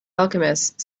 alchemist